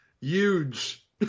Huge